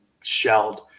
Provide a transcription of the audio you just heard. shelled